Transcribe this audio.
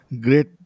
great